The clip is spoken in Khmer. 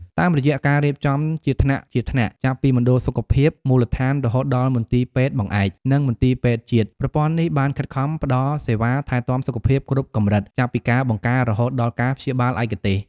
តាមរយៈការរៀបចំជាថ្នាក់ៗ ចាប់ពីមណ្ឌលសុខភាពមូលដ្ឋាន រហូតដល់មន្ទីរពេទ្យបង្អែក និងមន្ទីរពេទ្យជាតិ ប្រព័ន្ធនេះបានខិតខំផ្តល់សេវាថែទាំសុខភាពគ្រប់កម្រិត ចាប់ពីការបង្ការរហូតដល់ការព្យាបាលឯកទេស។